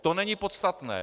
To není podstatné.